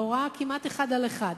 בהוראה כמעט אחד על אחד.